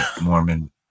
Mormon